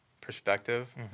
perspective